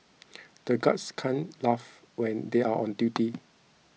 the guards can't laugh when they are on duty